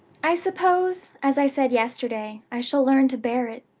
i suppose, as i said yesterday, i shall learn to bear it.